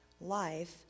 life